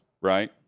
right